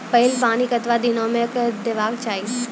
पहिल पानि कतबा दिनो म देबाक चाही?